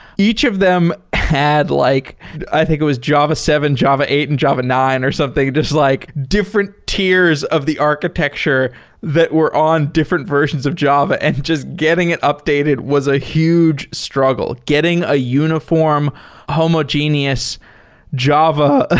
each of them had like i think it was java seven, java eight and java nine or something, just like different tiers of the architecture that were on different versions of java, and just getting it updated was a huge struggle. getting a uniform homogeneous java, ah